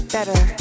Better